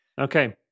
Okay